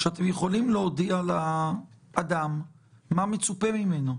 שאתם יכולים להודיע לאדם מה מצופה ממנו.